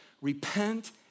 repent